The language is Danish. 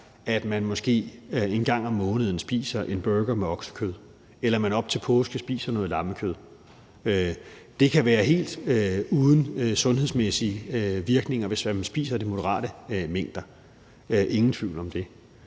at man måske en gang om måneden spiser en burger med oksekød, eller at man op til påske spiser noget lammekød. Det kan være helt uden sundhedsmæssige virkninger, hvis man spiser det i moderate mængder – ingen tvivl om det.